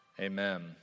Amen